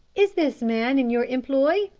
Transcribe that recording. is this man in your employ?